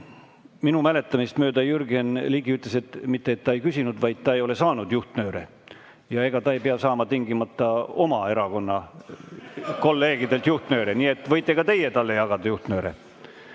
Minu mäletamist mööda Jürgen Ligi mitte ei küsinud, vaid ütles, et ta ei ole saanud juhtnööre. Ja ega ta ei pea saama tingimata oma erakonna kolleegidelt juhtnööre, nii et võite ka teie talle jagada juhtnööre.